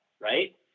right